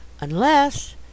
Unless